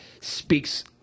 speaks